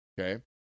Okay